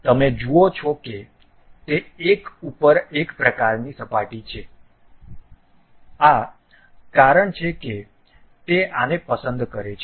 તમે જુઓ છો કે તે એક ઉપર એક પ્રકારની સપાટી છે આ કારણ છે કે તે આને પસંદ કરે છે